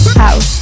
house